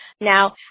Now